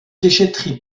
déchèterie